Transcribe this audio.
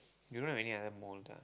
you don't have any other mole ah